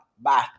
bye